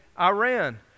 Iran